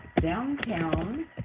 Downtown